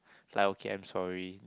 like okay I'm sorry